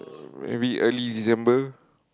uh maybe early December